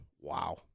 Wow